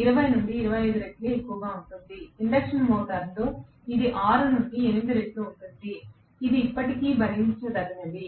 20 నుండి 25 రెట్లు ఉంటుంది ఇక్కడ ఇండక్షన్ మోటారులో ఇది 6 నుండి 8 రెట్లు ఉంటుంది ఇది ఇప్పటికీ భరించదగినది